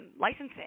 licensing